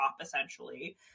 essentially